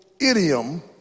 idiom